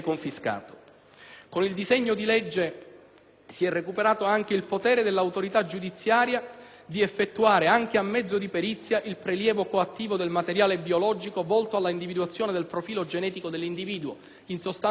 (Atto Senato n. 995) si è recuperato anche il potere dell'autorità giudiziaria di effettuare, anche a mezzo di perizia, il prelievo coattivo di materiale biologico volto alla individuazione del profilo genetico dell'individuo (in sostanza del DNA),